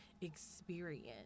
experience